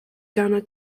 gunner